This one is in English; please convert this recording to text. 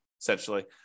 essentially